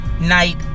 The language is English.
night